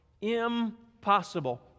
impossible